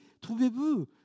Trouvez-vous